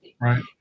Right